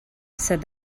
said